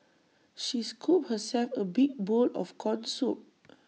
she scooped herself A big bowl of Corn Soup